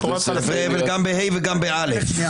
הבל גם בה"א וגם באל"ף.